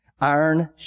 Iron